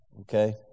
okay